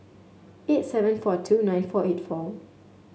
eight seven four two nine four eight four